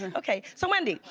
and okay so wendy,